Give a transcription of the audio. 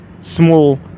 small